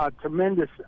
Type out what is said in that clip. tremendous